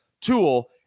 tool